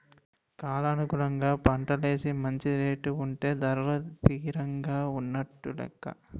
కాలానుగుణంగా పంటలేసి మంచి రేటు ఉంటే ధరలు తిరంగా ఉన్నట్టు నెక్క